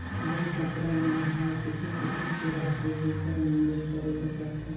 बन कचरा मन हर किसिम किसिम के रहथे जेखर निंदई करे बर परथे